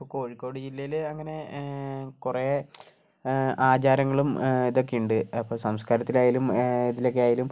ഇപ്പോൾ കോഴിക്കോട് ജില്ലയിൽ അങ്ങനെ കുറേ ആചാരങ്ങളും ഇതൊക്കെയുണ്ട് അപ്പോൾ സംസ്കാരത്തിലായാലും ഇതിലൊക്കെ ആയാലും